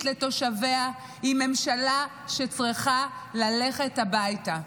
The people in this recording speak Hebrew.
לתושביה היא ממשלה שצריכה ללכת הביתה.